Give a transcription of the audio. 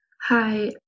Hi